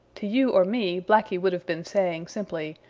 to you or me blacky would have been saying simply,